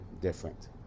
different